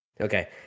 okay